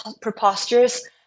preposterous